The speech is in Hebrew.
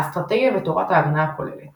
האסטרטגיה ותורת ההגנה הכוללת